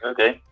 Okay